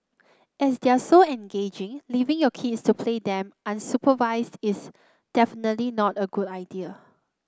as they are so engaging leaving your kids to play them unsupervised is definitely not a good idea